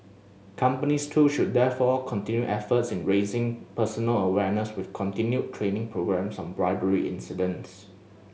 companies too should therefore continue efforts in raising personal awareness with continued training programmes on bribery incidents